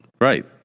Right